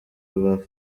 rubavu